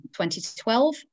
2012